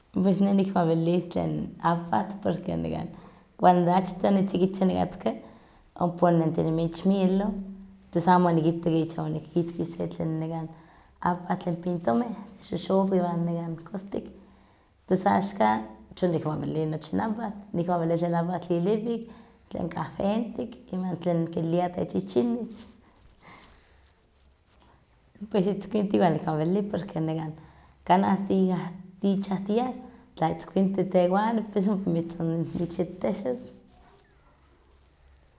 Pues neh nikmawilia tlen ahwatl porque nekan cuando achtoh nitzikitzin onikatka, ompa oninentinemi ich milioh, tos amo onikitak ich onikitzki se tlen nekan ahwatl tlen pintomeh xoxowik iwan nekan kostik, tos axka chon nikmawili nochi awahtli, nikmawili tlen ahwatl tliliwik, tlen kahwentik, iwan tlen kiliah techichinih. Pues itzkuintih igual nikmawili porque kanah tich ichan tias, tla itzkuintli tekuani pus oma mitzonikxitetexos.